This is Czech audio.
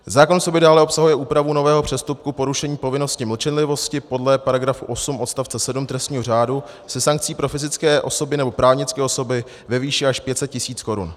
Zákon v sobě dále obsahuje úpravu nového přestupku porušení povinnosti mlčenlivosti podle § 8 odst. 7 trestního řádu se sankcí pro fyzické osoby nebo právnické osoby ve výši až 500 tisíc korun.